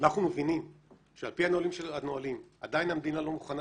אנחנו מבינים שעל פי הנהלים עדיין המדינה לא מוכנה